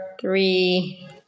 three